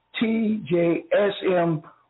TJSM